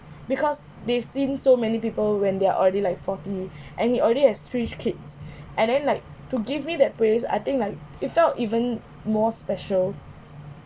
because they've seen so many people when they are already like forty and he already has three kids and then like to give me that praise I think like it felt even more special